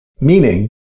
Meaning